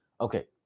Okay